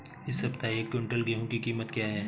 इस सप्ताह एक क्विंटल गेहूँ की कीमत क्या है?